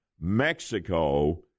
Mexico